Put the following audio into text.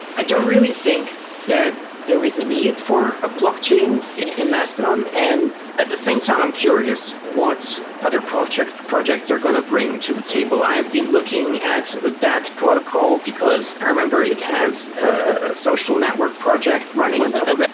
i don't really think that there is a need for a blockchain in mastodon. and at the same time, i'm curious what other projects projects are going to bring to the table. i've been looking at the dat protocol, because i remember it has a social network project running on top of it.